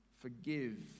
forgive